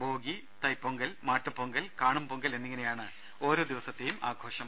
bogie Thai Pongal Mattu Pongal Kaanum Pongal എന്നിങ്ങനെയാണ് ഓരോ ദിവസ്സത്തെയും ആഘോഷം